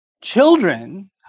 Children